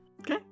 Okay